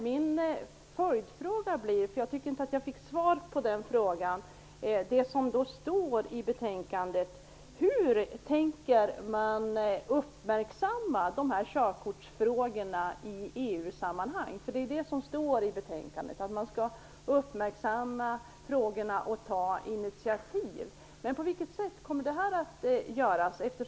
Min följdfråga, som jag inte riktigt tycker att jag fick svar på, gäller det som står i betänkandet. Hur tänker man uppmärksamma körkortsfrågorna i EU sammanhang? Det är ju det som står i betänkandet; att man skall uppmärksamma frågorna och ta initiativ. Men på vilket sätt kommer det att göras?